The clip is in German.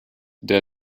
der